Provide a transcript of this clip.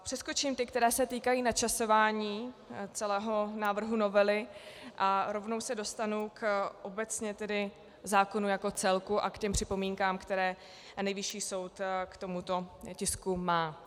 Přeskočím ty, které se týkají načasování celého návrhu novely, a rovnou se dostanu obecně tedy k zákonu jako celku a k těm připomínkám, které Nejvyšší soud k tomuto tisku má.